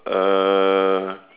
err